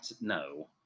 No